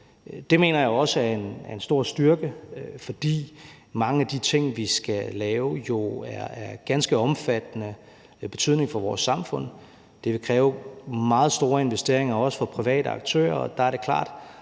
Det mener jeg også er en stor styrke, fordi mange af de ting, vi skal lave, jo er af ganske omfattende betydning for vores samfund. Det vil kræve meget store investeringer, også for private aktører, og der er det klart,